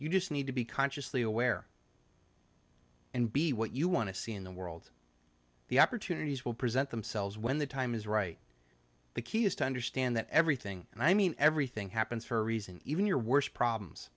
you just need to be consciously aware and be what you want to see in the world the opportunities will present themselves when the time is right the key is to understand that everything and i mean everything happens for a reason even your worst problems